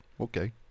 okay